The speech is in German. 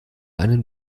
einen